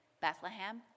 Bethlehem